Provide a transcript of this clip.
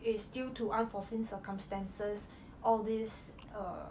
it's due to unforeseen circumstances all this err